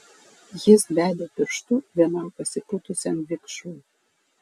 jis bedė pirštu vienam pasipūtusiam vikšrui